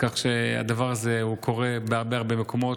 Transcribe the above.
כך שהדבר הזה קורה בהרבה מקומות.